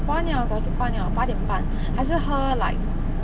关了早就关了八点半还是喝 like